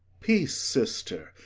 peace, sister,